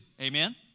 Amen